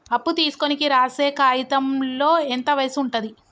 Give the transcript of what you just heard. అప్పు తీసుకోనికి రాసే కాయితంలో ఎంత వయసు ఉంటది?